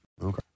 Okay